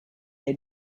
they